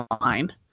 line